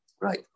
Right